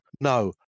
No